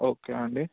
okay అండి